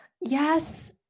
Yes